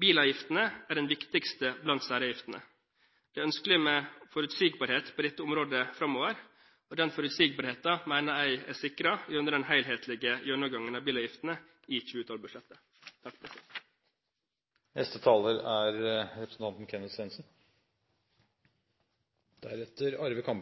Bilavgiftene er den viktigste blant særavgiftene. Det er ønskelig med forutsigbarhet på dette området framover, og den forutsigbarheten mener jeg er sikret gjennom den helhetlige gjennomgangen av bilavgiftene i 2012-budsjettet. Norge er